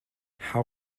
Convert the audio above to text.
how